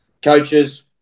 coaches